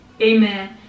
Amen